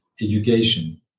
education